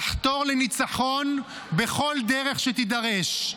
נחתור לניצחון בכל דרך שתידרש,